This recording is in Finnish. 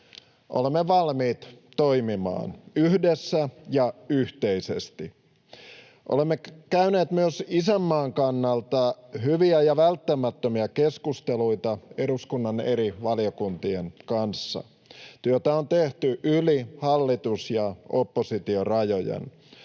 olemme valmiit toimimaan yhdessä ja yhteisesti. Olemme käyneet myös isänmaan kannalta hyviä ja välttämättömiä keskusteluita eduskunnan eri valiokuntien kanssa. Työtä on tehty yli hallitus—oppositio-rajojen.